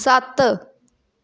ਸੱਤ